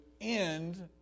end